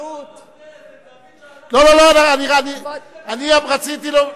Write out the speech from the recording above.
השלום הזה זה שתמיד אנחנו, אני רוצה שלום,